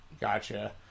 gotcha